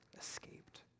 escaped